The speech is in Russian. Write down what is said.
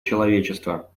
человечество